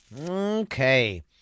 Okay